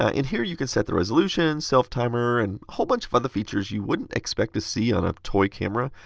ah in here you can set the resolution, self-timer, and a whole bunch of other features you wouldn't expect to see on a toy camera.